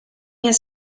his